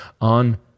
on